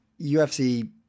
UFC